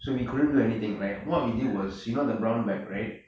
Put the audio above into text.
so we couldn't do anything like what we did was you know the brown bag right